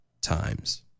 Times